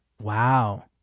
wow